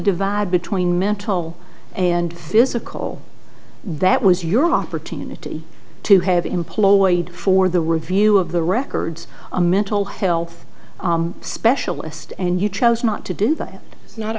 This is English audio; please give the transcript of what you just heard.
divide between mental and physical that was your opportunity to have employed for the review of the records a mental health specialist and you chose not to do that